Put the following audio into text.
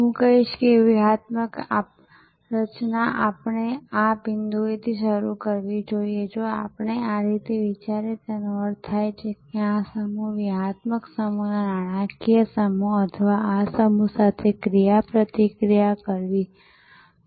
હું કહીશ કે વ્યૂહરચના આપણે આ બિંદુએથી શરૂ કરવી જોઈએ જો આપણે આ રીતે વિચારીએ જેનો અર્થ એ થાય કે આ સમૂહ વ્યૂહાત્મક સમૂહના નાણાકીય સમૂહે આ સમૂહ સાથે ક્રિયાપ્રતિક્રિયા કરવી જોઈએ